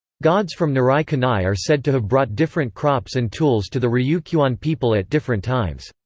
gods from nirai kanai are said to have brought different crops and tools to the ryukyuan people at different times.